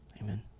amen